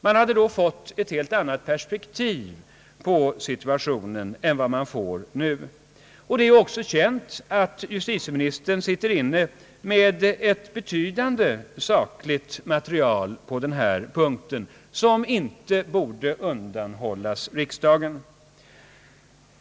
Man hade då fått ett helt annat perspektiv på situationen än vad man får nu. Det är ju också känt att justitieministern sitter inne med ett betydande sakligt material på den här punkten som inte borde undanhållas riksdagen.